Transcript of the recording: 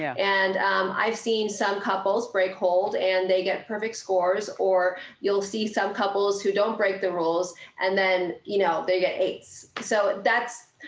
yeah and i've seen some couples break hold and they get perfect scores or you'll see some couples who don't break the rules and then, you know, they get eights. so that's,